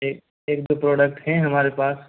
एक एक दो प्रॉडक्ट हैं हमारे पास